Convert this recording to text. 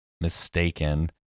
mistaken